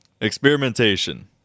Experimentation